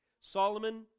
Solomon